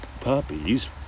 puppies